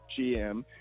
GM